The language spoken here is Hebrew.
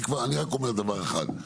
אני רק אומר דבר אחד.